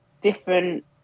different